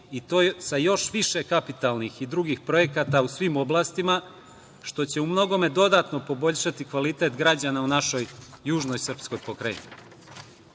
i to sa još više kapitalnih i drugih projekata u svim oblastima, što će u mnogome dodatno poboljšati kvalitet građana u našoj južnoj srpskoj pokrajini. Ovim